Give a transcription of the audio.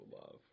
love